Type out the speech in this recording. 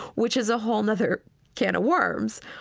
which is a whole other can of worms,